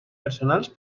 personals